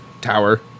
tower